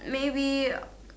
maybe